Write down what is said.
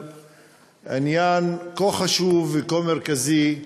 לסדר-היום עניין כה חשוב וכה מרכזי,